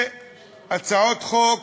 הצעות חוק